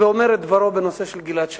ולומר את דברו בנושא של גלעד שליט.